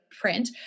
print